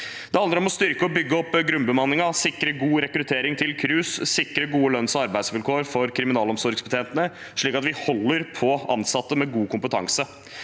Det handler om å styrke og bygge opp grunnbemanningen, sikre god rekruttering til KRUS og sikre gode lønns- og arbeidsvilkår for kriminalomsorgsbetjentene, slik at vi holder på ansatte med god kompetanse.